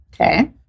Okay